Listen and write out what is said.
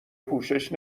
پوشش